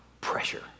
Pressure